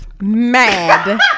mad